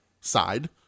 side